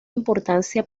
importancia